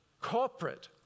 corporate